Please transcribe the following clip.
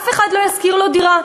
אף אחד לא ישכיר לו דירה.